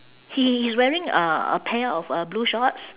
he he's wearing uh a pair of uh blue shorts